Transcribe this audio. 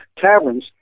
taverns